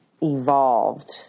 evolved